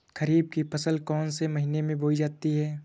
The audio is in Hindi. खरीफ की फसल कौन से महीने में बोई जाती है?